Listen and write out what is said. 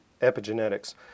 epigenetics